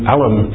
Alan